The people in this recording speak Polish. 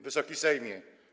Wysoki Sejmie!